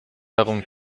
darum